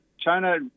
China